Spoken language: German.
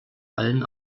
allen